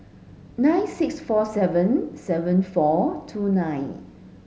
nine six four seven seven four two nine